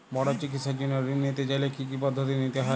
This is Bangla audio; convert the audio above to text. বড় চিকিৎসার জন্য ঋণ নিতে চাইলে কী কী পদ্ধতি নিতে হয়?